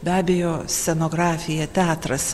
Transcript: be abejo scenografija teatras